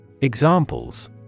Examples